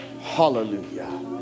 Hallelujah